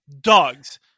Dogs